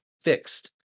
fixed